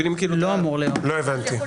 לא הבנתי.